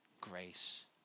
grace